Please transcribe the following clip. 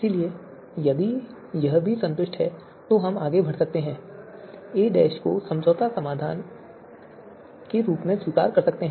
इसलिए यदि यह भी संतुष्ट है तो हम आगे बढ़ सकते हैं और a को समझौता समाधान के रूप में स्वीकार कर सकते हैं